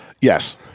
Yes